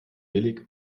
billig